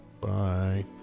Bye